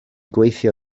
gweithio